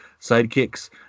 sidekicks